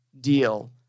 deal